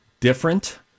different